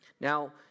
Now